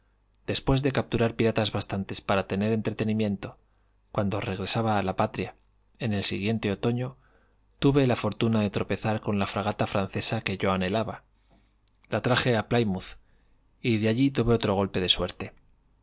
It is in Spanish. después de capturar piratas bastantes j para tener entretenimiento cuando regresaba a la patria en el siguiente otoño tuve la fortuna de tropezar con la fragata francesa que yo anhelaba la traje a plimouth y allí tuve otro golpe de suerte